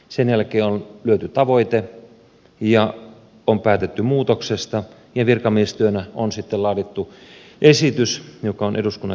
sen jälkeen on lyöty tavoite ja on päätetty muutoksesta ja virkamiestyönä on sitten laadittu esitys joka on eduskunnan käsiteltävänä